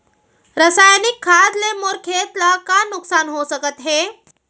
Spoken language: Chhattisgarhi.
रसायनिक खाद ले मोर खेत ला का नुकसान हो सकत हे?